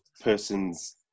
person's